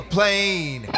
plane